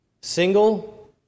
single